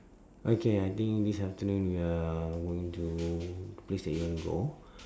okay I think this afternoon we are going to the place that you want to go